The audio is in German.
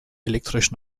elektrisch